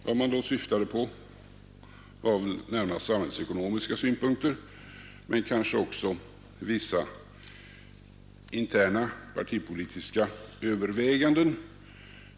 Vad man då syftade på var väl närmast samhällsekonomiska synpunkter men kanske också vissa interna partipolitiska överväganden.